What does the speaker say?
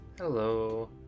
Hello